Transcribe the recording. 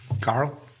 Carl